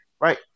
right